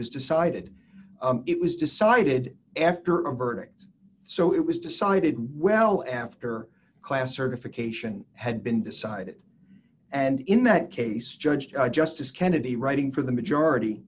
was decided it was decided after a verdict so it was decided well after class certification had been decided and in that case judge justice kennedy writing for the majority